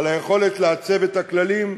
על היכולת לעצב את הכללים,